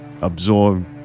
absorb